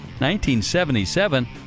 1977